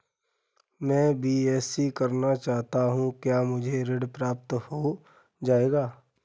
मैं बीएससी करना चाहता हूँ क्या मुझे ऋण प्राप्त हो जाएगा?